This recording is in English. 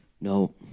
No